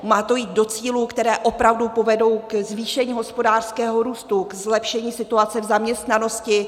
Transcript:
Má to jít do cílů, které opravdu povedou ke zvýšení hospodářského růstu, k zlepšení situace v zaměstnanosti.